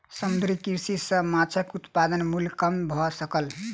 समुद्रीय कृषि सॅ माँछक उत्पादन मूल्य कम भ सकल